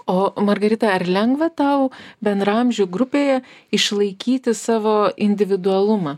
o margarita ar lengva tau bendraamžių grupėj išlaikyti savo individualumą